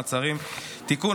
מעצרים) (תיקון,